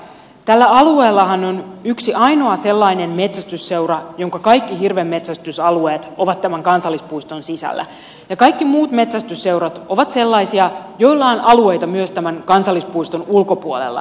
tällä alueellahan on yksi ainoa sellainen metsästysseura jonka kaikki hirvenmetsästysalueet ovat tämän kansallispuiston sisällä ja kaikki muut metsästysseurat ovat sellaisia joilla on alueita myös tämän kansallispuiston ulkopuolella